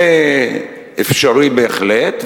זה אפשרי בהחלט,